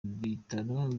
bitaro